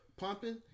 pumping